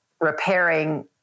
repairing